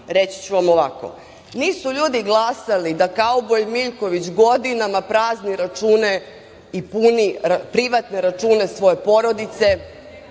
reći ću vam ovako. Nisu ljudi glasali da kauboj Miljković godinama prazni račune i puni privatne račune svoje porodice